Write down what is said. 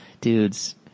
dude's